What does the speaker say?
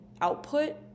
output